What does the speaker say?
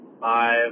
five